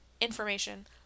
information